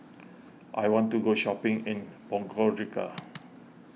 I want to go shopping in Podgorica